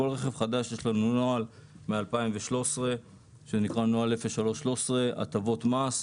בכל רכב חדש יש לנו נוהל מ-2013 שנקרא נוהל 03-13 הטבות מס.